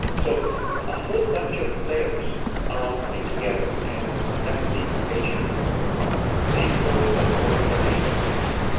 so a whole bunch of players are all coming together, and and that's the implication of of seed code, but more importantly the community.